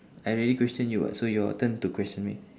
I already question you what so your turn to question me